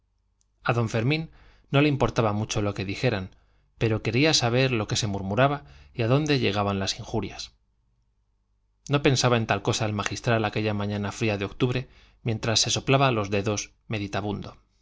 a don fermín no le importaba mucho lo que dijeran pero quería saber lo que se murmuraba y a dónde llegaban las injurias no pensaba en tal cosa el magistral aquella mañana fría de octubre mientras se soplaba los dedos meditabundo una